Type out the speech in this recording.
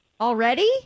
Already